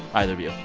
either of you?